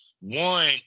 one